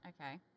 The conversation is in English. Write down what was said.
Okay